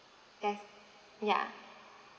that ya